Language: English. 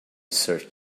search